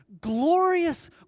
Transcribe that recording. Glorious